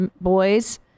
boys